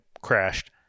crashed